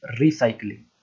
recycling